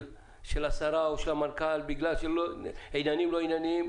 של השרה או של המנכ"ל בגלל עניינים לא ענייניים,